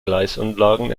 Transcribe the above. gleisanlagen